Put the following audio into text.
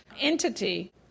entity